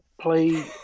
play